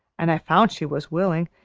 an' i found she was willing,